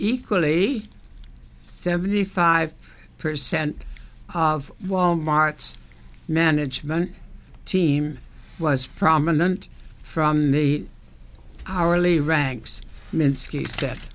equally seventy five percent of wal mart's management team was prominent from the hourly ranks